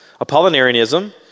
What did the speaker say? Apollinarianism